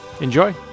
Enjoy